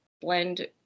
blend